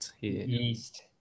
yeast